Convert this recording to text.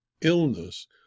illness